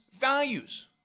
values